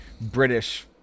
British